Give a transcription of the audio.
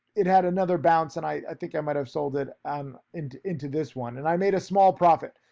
it had another bounce, and i think i might have sold it um and into this one and i made a small profit,